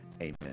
Amen